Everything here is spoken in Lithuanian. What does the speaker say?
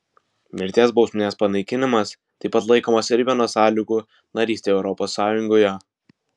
mirties bausmės panaikinimas taip pat laikomas ir viena sąlygų narystei europos sąjungoje